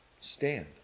stand